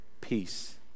peace